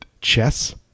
chess